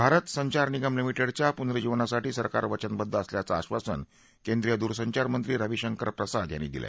भारत संचार निगम लिमि डिच्या पुर्नरुजीवनासाठी सरकार वचनबद्ध असल्याचं आश्वासन केंद्रीय दूरसंचार मंत्री रवीशंकर प्रसाद यांनी दिलं